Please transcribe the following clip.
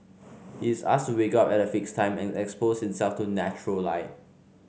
he is asked to wake up at a fixed time and expose himself to natural light